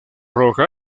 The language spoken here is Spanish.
roja